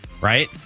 right